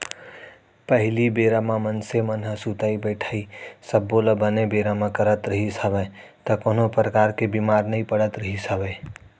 पहिली बेरा म मनसे मन ह सुतई बइठई सब्बो ल बने बेरा म करत रिहिस हवय त कोनो परकार ले बीमार नइ पड़त रिहिस हवय